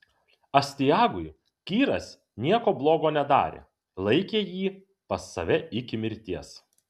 astiagui kyras nieko blogo nedarė laikė jį pas save iki mirties